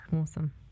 Awesome